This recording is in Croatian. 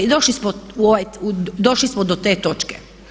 I došli smo do te točke.